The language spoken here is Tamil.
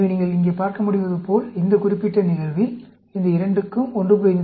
எனவே நீங்கள் இங்கே பார்க்க முடிவதுபோல் இந்தக் குறிப்பிட்ட நிகழ்வில் இந்த இரண்டுக்கும் 1